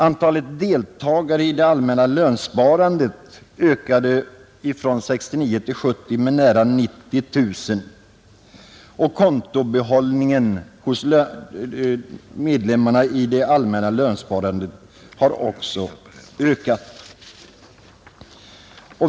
Antalet deltagare i det allmänna lönsparandet ökade från år 1969 till år 1970 med nära 90 000, och kontobehållningen hos medlemmarna i det allmänna lönsparandet har också ökat.